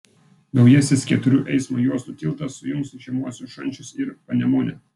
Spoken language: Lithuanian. naujasis keturių eismo juostų tiltas sujungs žemuosius šančius ir panemunę